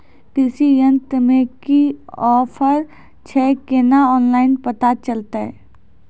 कृषि यंत्र मे की ऑफर छै केना ऑनलाइन पता चलतै?